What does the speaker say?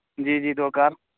جی جی دو کار